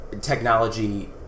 technology